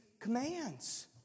commands